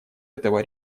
этого